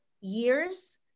years